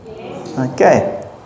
Okay